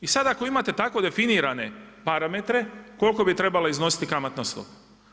I sad ako imate tako definirane parametre koliko bi trebala iznositi kamatna stopa?